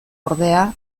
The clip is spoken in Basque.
ordea